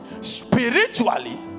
spiritually